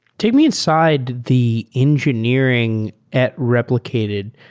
take me inside the engineering at replicated.